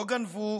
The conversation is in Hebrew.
לא גנבו,